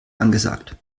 angesagt